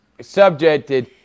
subjected